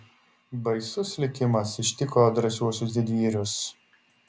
baisus likimas ištiko drąsiuosius didvyrius